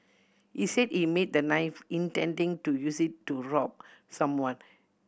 he said he made the knife intending to use it to rob someone